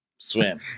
Swim